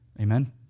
amen